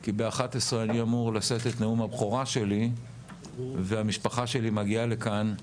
כי ב-11:00 אני אמור לשאת את נאום הבכורה שלי והמשפחה שלי מגיעה לכאן.